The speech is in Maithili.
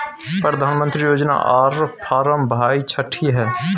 प्रधानमंत्री योजना आर फारम भाई छठी है?